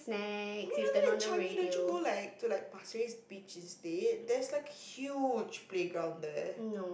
I mean either than changi don't you go like to like Pasir-Ris Beach instead there's like huge playground there